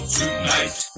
tonight